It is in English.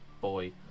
boy